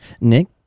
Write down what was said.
Nick